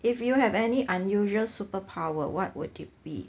if you have any unusual superpower what would it be